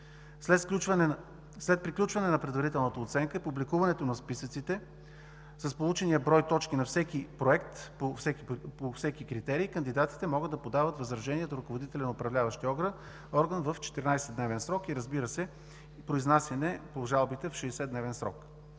След приключване на предварителната оценка, публикуването на списъците с получения брой точки на всеки проект по всеки критерий, кандидатите могат да подават възражения до ръководителя на управляващия орган в 14-дневен срок, а произнасянето по жалбите е в 60-дневен срок.